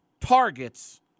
targets